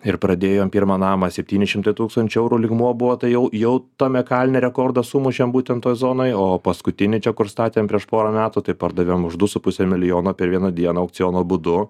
ir pradėjom pirmą namą septyni šimtai tūkstančiai eurų lygmuo buvo tai jau jau tame kalne rekordą sumušėm būtent toj zonoj o paskutinį čia kur statėm prieš porą metų tai pardavėm už du su puse milijono per vieną dieną aukciono būdu